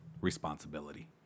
responsibility